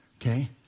Okay